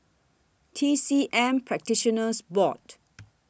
T C M Practitioners Board